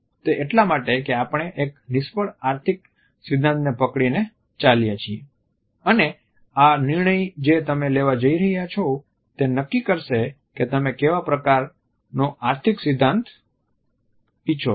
તે એટલા માટે કે આપણે એક નિષ્ફળ આર્થિક સિદ્ધાંતને પકડીને ચાલીયે છીએ અને આ નિર્ણય જે તમે લેવા જઈ રહ્યા છો તે નક્કી કરશે કે તમે કેવા પ્રકારનો આર્થિક સિદ્ધાંત ઈચ્છો છો